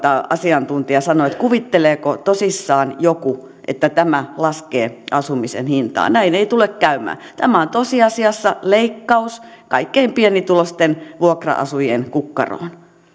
asiantuntija sanoi että kuvitteleeko tosissaan joku että tämä laskee asumisen hintaa näin ei tule käymään tämä on tosiasiassa leikkaus kaikkien pienituloisten vuokra asujien kukkaroon